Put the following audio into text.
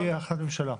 על פי החלטת ממשלה.